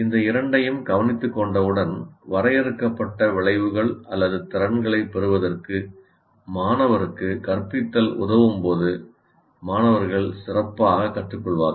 இந்த இரண்டையும் கவனித்துக்கொண்டவுடன் வரையறுக்கப்பட்ட விளைவுகள் அல்லது திறன்களைப் பெறுவதற்கு மாணவருக்கு கற்பித்தல் உதவும் போது மாணவர்கள் சிறப்பாகக் கற்றுக்கொள்வார்கள்